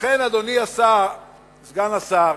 לכן, אדוני סגן השר,